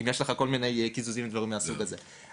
אם יש לך כל מיני קיזוזים ודברים מהסוג הזה.